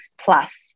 Plus